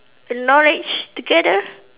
knowledge together